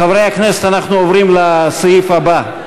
חברי הכנסת, אנחנו עוברים לנושא הבא.